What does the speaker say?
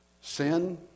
sin